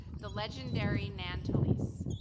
the legendary nan talese.